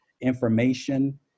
information